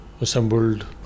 assembled